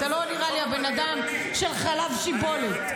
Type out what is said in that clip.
אתה לא נראה לי הבן אדם של חלב שיבולת.